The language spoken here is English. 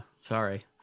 sorry